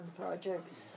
projects